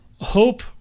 hope